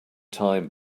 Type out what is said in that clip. time